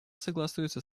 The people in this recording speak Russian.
согласуется